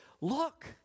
Look